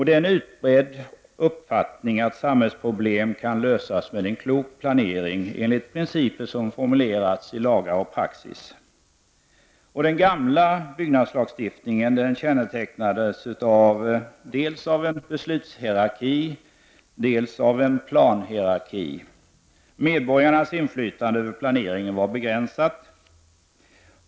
Det är en utbredd uppfattning att samhällsproblem kan lösas med en klok planering enligt principer som formulerats i lagar och praxis. Den gamla byggnadslag stiftningen kännetecknades dels av en beslutshierarki, dels av en planhierarki. Medborgarnas inflytande över planeringen var begränsat.